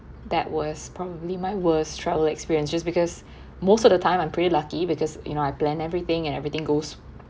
that was probably my worst travel experience just because most of the time I'm pretty lucky because you know I plan everything and everything goes